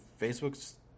Facebook's